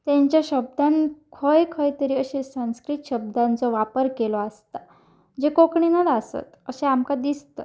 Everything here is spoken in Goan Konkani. तेंच्या शब्दान खंय खंय तरी अशें संस्कृत शब्दांचो वापर केलो आसता जे कोंकणीनच आसत अशें आमकां दिसता